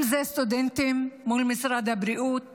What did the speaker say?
אם זה סטודנטים מול משרד הבריאות